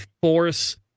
force